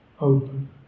open